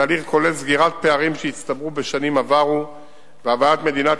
התהליך כולל סגירת פערים שהצטברו בשנים עברו והבאת מדינת